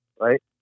Right